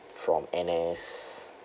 from N_S